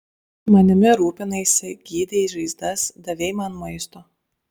manimi rūpinaisi gydei žaizdas davei man maisto